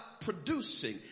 producing